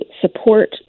support